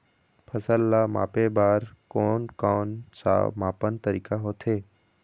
फसल ला मापे बार कोन कौन सा मापन तरीका होथे?